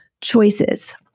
choices